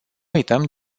uităm